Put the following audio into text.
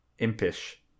Impish